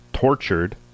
tortured